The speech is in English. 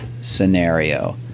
scenario